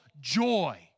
joy